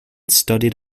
studied